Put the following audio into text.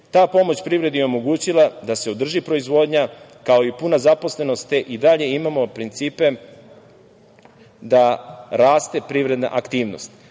Ta pomoć privredi je omogućila da se održi proizvodnja, kao i puna zaposlenost, te i dalje imamo principe da raste privredna aktivnost.